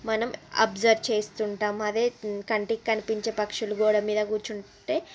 మనం అబ్సర్వ్ చేస్తుంటాం అదే కంటికి కనిపించే పక్షులు కూడా మీద కూర్చుంటే